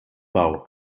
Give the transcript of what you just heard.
bau